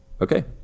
Okay